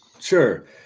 Sure